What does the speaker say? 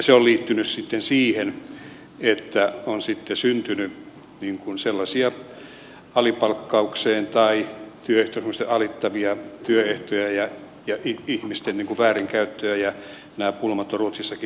se on liittynyt sitten siihen että on syntynyt sellaista alipalkkausta tai työehtosopimukset alittavia työehtoja ja ihmisten väärinkäyttöä ja nämä pulmat ovat ruotsissakin lisääntyneet